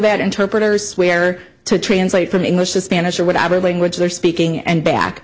that interpreters swear to translate from english to spanish or whatever language they're speaking and back